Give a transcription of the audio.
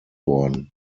worden